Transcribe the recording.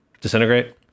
disintegrate